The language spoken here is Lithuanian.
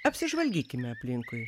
apsižvalgykime aplinkui